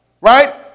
Right